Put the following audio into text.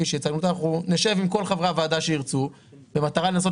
אנחנו נשב עם כל חברי הוועדה שירצו במטרה לנסות